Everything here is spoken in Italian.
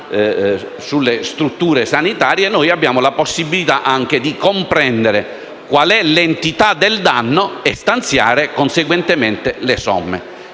sulle strutture sanitarie, abbiamo la possibilità di comprendere qual è l'entità del danno e stanziare conseguentemente le somme.